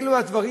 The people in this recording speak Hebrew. אלו הדברים.